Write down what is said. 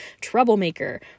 troublemaker